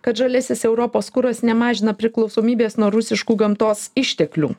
kad žaliasis europos kuras nemažina priklausomybės nuo rusiškų gamtos išteklių